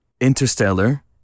Interstellar